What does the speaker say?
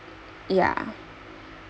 ya